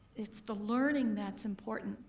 it's the learning that's important.